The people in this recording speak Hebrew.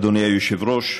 אדוני היושב-ראש,